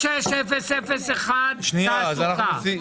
תוכנית 364302 - 10,761 אלפי ₪.